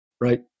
right